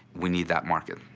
we need that market